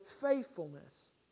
faithfulness